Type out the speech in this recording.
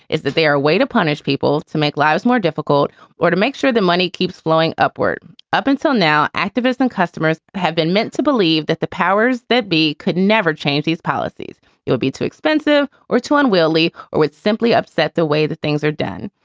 is that they are a way to punish people, to make lives more difficult or to make sure the money keeps flowing upward. up until now, activists and customers have been meant to believe that the powers that be could never change. these policies will be too expensive or too unwieldy or would simply upset the way the things are done.